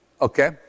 Okay